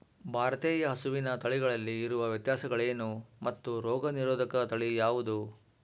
ಭಾರತೇಯ ಹಸುವಿನ ತಳಿಗಳಲ್ಲಿ ಇರುವ ವ್ಯತ್ಯಾಸಗಳೇನು ಮತ್ತು ರೋಗನಿರೋಧಕ ತಳಿ ಯಾವುದು?